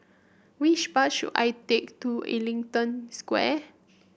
which bus should I take to Ellington Square